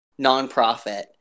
nonprofit